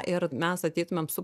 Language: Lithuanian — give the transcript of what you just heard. ir mes ateitumėm su